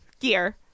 gear